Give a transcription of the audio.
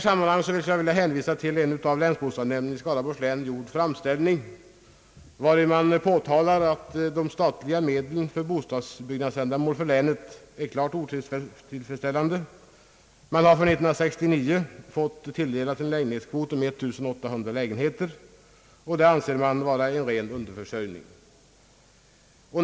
Jag vill hänvisa till en av länsbostadsnämnden i Skaraborgs län gjord framställning, vari man påtalar att de statliga medlen för bostadsbyggnadsändamål för länet är klart otillfredsställande. För år 1969 har länet tilldelats en lägenhetskvot om 1 800 lägenheter, vilket länsbostadsnämnden anser vara en ren underförsörjning.